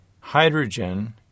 hydrogen